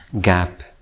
gap